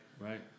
right